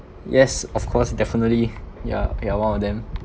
yes of course definitely ya you are one of them